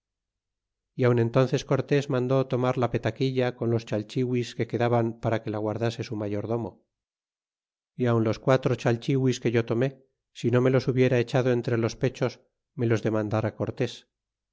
y aun'entónces cortés mandó tomar la petaquilla con los chalchihuis que quedaban para que la guardase su mayordomo y aun los quatro chalchihuis que yo tomé si no me los hubiera echado entre los pechos me los demandara cortés